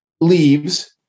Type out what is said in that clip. leaves